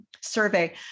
survey